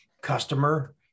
customer